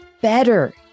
Better